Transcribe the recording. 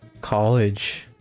college